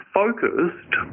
focused